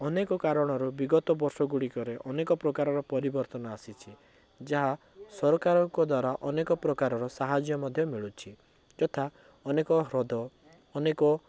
ଅନେକ କାରଣରୁ ବିଗତ ବର୍ଷ ଗୁଡ଼ିକରେ ଅନେକ ପ୍ରକାରର ପରିବର୍ତ୍ତନ ଆସିଛି ଯାହା ସରକାରଙ୍କ ଦ୍ୱାରା ଅନେକ ପ୍ରକାରର ସାହାଯ୍ୟ ମଧ୍ୟ ମିଳୁଛି ଯଥା ଅନେକ ହ୍ରଦ ଅନେକ